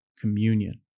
Communion